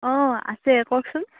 অ আছে কওকচোন